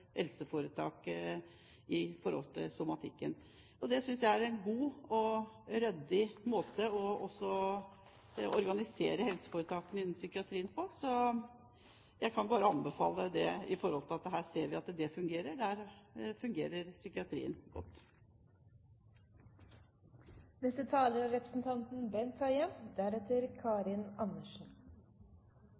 helseforetak innenfor psykiatrien, og der er det også lett å kontrollere at pengene går til det det skal – altså utenfor somatikken. Jeg synes det er en god og ryddig måte å organisere helseforetakene innen psykiatrien på, så jeg kan bare anbefale det, fordi vi ser at der fungerer psykiatrien